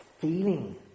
feeling